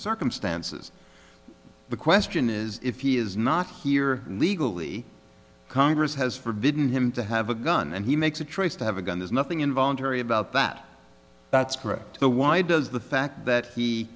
circumstances the question is if he is not here legally congress has forbidden him to have a gun and he makes a choice to have a gun there's nothing involuntary about that that's correct so why does the fact that he